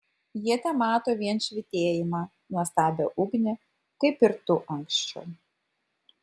jie temato vien švytėjimą nuostabią ugnį kaip ir tu anksčiau